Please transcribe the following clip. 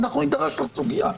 ואנחנו נידרש לסוגיה.